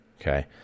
Okay